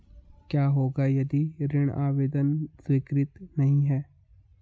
क्या होगा यदि ऋण आवेदन स्वीकृत नहीं है?